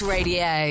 Radio